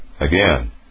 again